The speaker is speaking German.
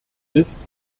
ist